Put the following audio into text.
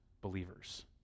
believers